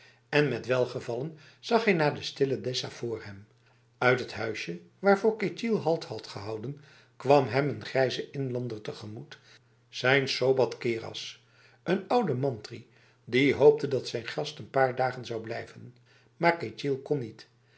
en met welgevallen zag hij naar de stille desa vr hem uit het huisje waarvoor ketjil halt had gehouden kwam hem n grijze inlander tegemoet zijn sobat keras n oude mantri die hoopte dat zijn gast n paar dagen zou blijven maar ketjil kon niet